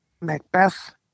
Macbeth